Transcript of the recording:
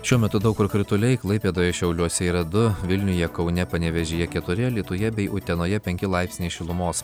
šiuo metu daug kur krituliai klaipėdoje šiauliuose yra du vilniuje kaune panevėžyje keturi alytuje bei utenoje penki laipsniai šilumos